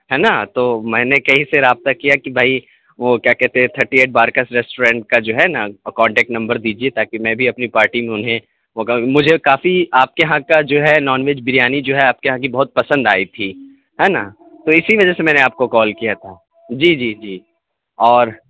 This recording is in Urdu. ہے نا تو میں نے کہیں سے رابطہ کیا کہ بھئی وہ کیا کہتے ہیں تھرٹی ایٹ بارکس ریسٹورنٹ کا جو ہے نا کانٹیکٹ نمبر دیجیے تاکہ میں بھی اپنی پارٹی میں انہیں وہ مجھے کافی آپ کے یہاں کا جو ہے نان ویج بریانی جو ہے آپ کے یہاں کی بہت پسند آئی تھی ہے نا تو اسی وجہ سے میں نے آپ کو کال کیا تھا جی جی جی اور